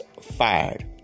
Fired